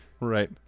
Right